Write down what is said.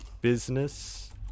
business